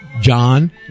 john